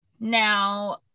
now